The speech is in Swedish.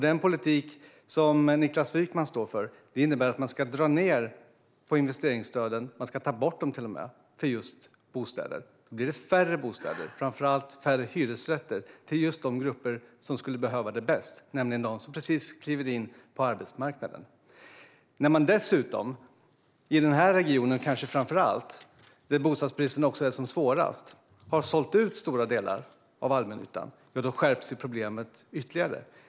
Den politik som Niklas Wykman står för innebär att man ska dra ned på, och till och med ta bort, investeringsstöden för just bostäder. Då blir det färre bostäder, framför allt färre hyresrätter, för just de grupper som skulle behöva det bäst, nämligen de som just kliver in på arbetsmarknaden. När man dessutom har sålt ut stora delar av allmännyttan, kanske framför allt i den här regionen, där bostadsbristen också är som svårast, ökar problemet ytterligare.